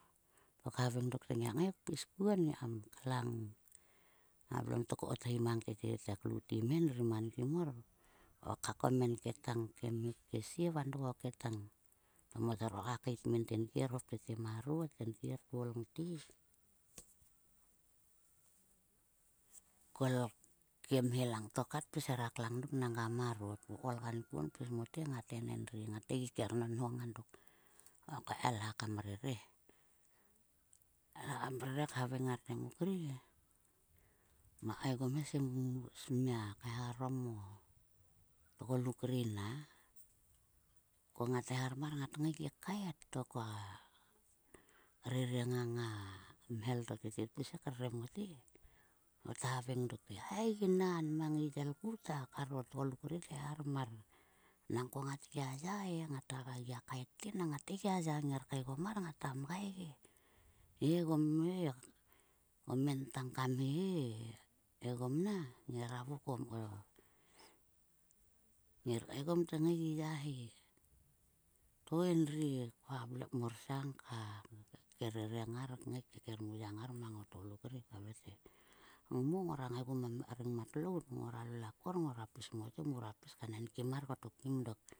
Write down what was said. To kheveng dokte ngiak ngai kpis kuon ngiaor kam klang a vlom to ko kothi mang tet te klu tim he endri man kim mor. Tkoka komen ketang ka mhe ke sie va dok ko ke tang. To mo ther koka keit min tenkier hop tete marot. Tenkier ko koul ngte kol ke mhe langto kat tpis hera klang dok nangga marot. Ko koul kankuon pis mote ngat en endri ngat ngai gi kernonho nga dok. To ko kaelha kam rere he. Kaelha kam rere khaveng ngar te. Muk ri muak kaegom sim smia kaeharom o tgoluk ri na ko ngat kaeharom mar ngat ngai gi kait. Koa rere ngang a mhel to tete tpis he krere mote. To ta havaing dok te hai i nan mang i yel tku kara tgoluk ri tkaeharom mar nanko ngaf gia ya e ngata kaet te nang ngat ngaiyla ya nger kaegom mar ngata mgai ge. He egom he omen tang ka mhe he egom na ngera vokom ko nge kaegom tngai gi ya he. To endri ko korsang ka kevereng ngar kermuyang ngar mo tgoluk ri. Koa havei te ngmo ngora ngaigu ma rengmat lout, ngora lol akor ngora pis mote mur koul kaenekim mar kim dok.